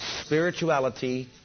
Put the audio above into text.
spirituality